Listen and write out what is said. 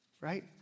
right